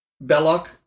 Belloc